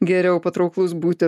geriau patrauklus būti